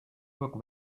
work